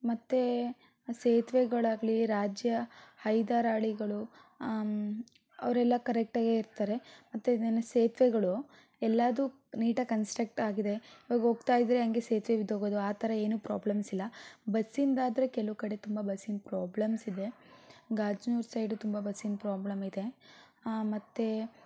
ಮತ್ತು ಸೇತುವೆಗಳಾಗ್ಲಿ ರಾಜ್ಯ ಹೈದರಾಳಿಗಳು ಅವರೆಲ್ಲಾ ಕರಕ್ಟಾಗೆ ಇರ್ತಾರೆ ಮತ್ತು ಇದೇನು ಸೇತುವೆಗಳು ಎಲ್ಲಾದು ನೀಟಾಗಿ ಕನ್ಸ್ಟ್ರಕ್ಟ್ ಆಗಿದೆ ಈವಾಗ ಹೋಗ್ತಾಯಿದ್ರೆ ಹಾಗೇ ಸೇತುವೆ ಬಿದ್ದೋಗೋದು ಆ ಥರ ಏನೂ ಪ್ರಾಬ್ಲಮ್ಸಿಲ್ಲ ಬಸ್ಸಿಂದಾದರೆ ಕೆಲವು ಕಡೆ ತುಂಬ ಬಸ್ಸಿನ ಪ್ರಾಬ್ಲಮ್ಸ್ ಇದೆ ಗಾಜನೂರು ಸೈಡು ತುಂಬ ಬಸ್ಸಿನ ಪ್ರಾಬ್ಲಮ್ ಇದೆ ಮತ್ತು